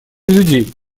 людей